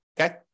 okay